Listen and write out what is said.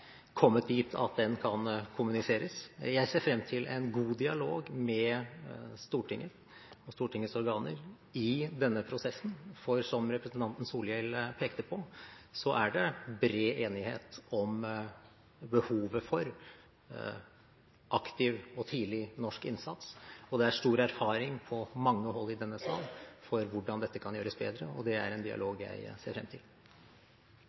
kommet dit at den kan kommuniseres. Jeg ser fram til en god dialog med Stortinget og Stortingets organer i denne prosessen, for det er, som representanten Solhjell pekte på, bred enighet om behovet for aktiv og tidlig norsk innsats. Det er stor erfaring på mange hold i denne sal for hvordan dette kan gjøres bedre, og det er en dialog jeg ser fram til.